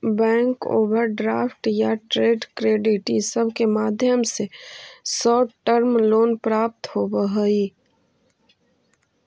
bank overdraft या trade credit इ सब के माध्यम से शॉर्ट टर्म लोन प्राप्त होवऽ हई